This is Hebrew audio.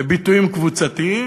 בביטויים קבוצתיים.